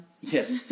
Yes